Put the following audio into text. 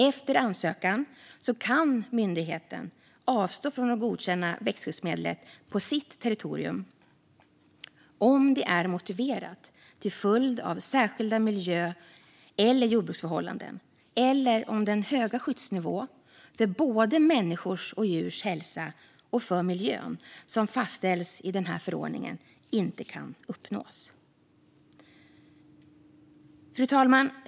Efter ansökan kan myndigheten avstå från att godkänna växtskyddsmedlet på sitt territorium om det är motiverat till följd av särskilda miljö eller jordbruksförhållanden eller om den höga skyddsnivå för både människors och djurs hälsa och för miljön som fastställs i den här förordningen inte kan uppnås. Fru talman!